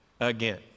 Again